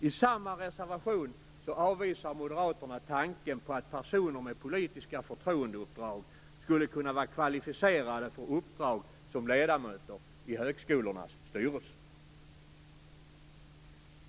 I samma reservation avvisar Moderaterna tanken på att personer med politiska förtroendeuppdrag skulle kunna vara kvalificerade för uppdrag som ledamöter i högskolornas styrelser.